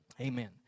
Amen